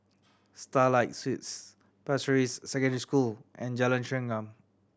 Starlight Suites Pasir Ris Secondary School and Jalan Chengam